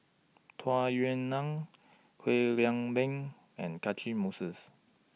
Tung Yue Nang Kwek Leng Beng and Catchick Moses